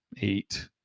eight